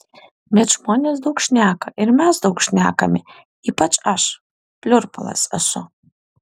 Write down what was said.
bet žmonės daug šneka ir mes daug šnekame ypač aš pliurpalas esu